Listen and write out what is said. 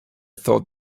thought